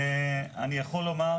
ואני יכול לומר